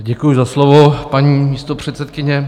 Děkuji za slovo, paní místopředsedkyně.